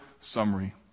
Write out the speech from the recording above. summary